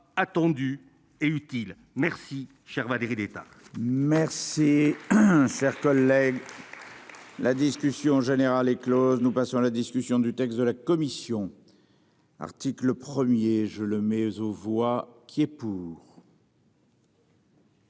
attendu et utile. Merci cher Valérie d'État.